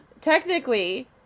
technically